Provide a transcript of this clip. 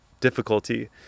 difficulty